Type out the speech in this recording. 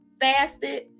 fasted